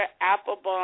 Applebaum